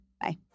Bye